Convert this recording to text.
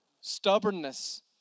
stubbornness